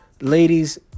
ladies